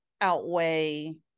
outweigh